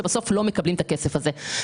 שבסוף לא מקבלים את הכסף הזה.